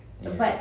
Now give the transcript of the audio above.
ya